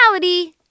reality